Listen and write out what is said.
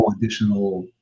additional